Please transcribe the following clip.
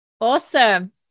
Awesome